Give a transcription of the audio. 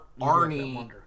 Arnie